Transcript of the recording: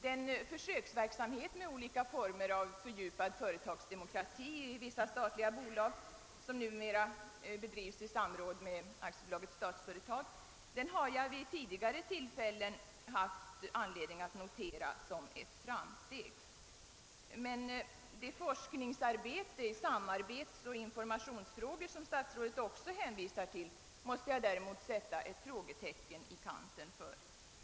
Den försöksverksamhet med olika former av fördjupad företagsdemokrati i vissa statliga bolag som numera bedrivs i samråd med Statsföretag AB har jag vid tidigare tillfällen haft anledning att notera som ett framsteg, men för det forskningsarbete i samarbetsoch informationsfrågor som statsrådet också hänvisar till måste jag däremot sätta ett frågetecken i kanten.